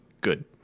Good